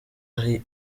ari